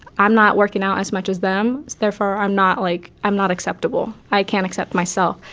i'm not working out as much as them, therefore, i'm not like, i'm not acceptable. i can't accept myself.